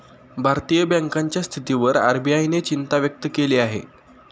भारतीय बँकांच्या स्थितीवर आर.बी.आय ने चिंता व्यक्त केली आहे